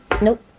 Nope